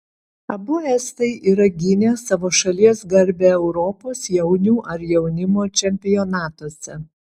abu estai yra gynę savo šalies garbę europos jaunių ar jaunimo čempionatuose